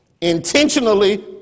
Intentionally